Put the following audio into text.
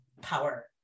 power